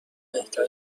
بهتره